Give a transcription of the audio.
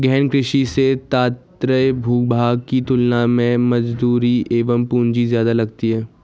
गहन कृषि से तात्पर्य भूभाग की तुलना में मजदूरी एवं पूंजी ज्यादा लगती है